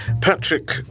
Patrick